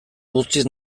guztiz